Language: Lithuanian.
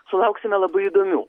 sulauksime labai įdomių